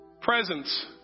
presence